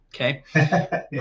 okay